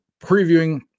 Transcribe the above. previewing